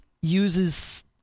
uses